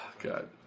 God